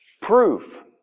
proof